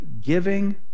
giving